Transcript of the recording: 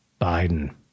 Biden